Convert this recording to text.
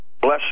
Bless